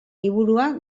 liburua